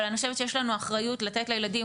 אבל אני חושבת שיש לנו אחריות לתת לילדים,